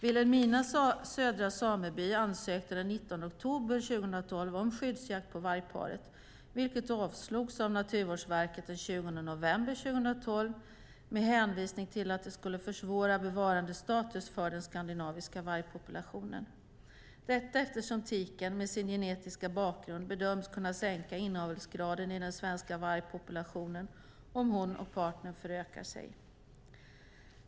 Vilhelmina södra sameby ansökte den 19 oktober 2012 om skyddsjakt på vargparet. Det avslogs av Naturvårdsverket den 20 november 2012 med hänvisning till att det skulle försvåra bevarandestatusen för den skandinaviska vargpopulationen, eftersom tiken med sin genetiska bakgrund bedöms kunna sänka inavelsgraden i den svenska vargpopulationen om hon och partnern förökar sig.